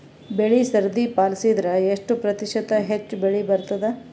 ಬೆಳಿ ಸರದಿ ಪಾಲಸಿದರ ಎಷ್ಟ ಪ್ರತಿಶತ ಹೆಚ್ಚ ಬೆಳಿ ಬರತದ?